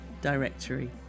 directory